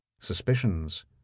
suspicions